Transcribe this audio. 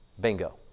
Bingo